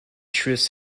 truest